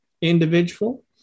individual